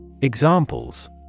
Examples